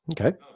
Okay